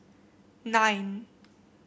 nine